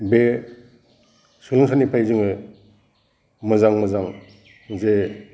बे सोलोंसालिनिफ्राय जोङो मोजां मोजां जे